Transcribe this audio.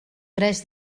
tres